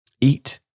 Eat